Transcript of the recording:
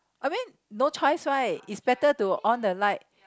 I mean no choice right it's better to on the light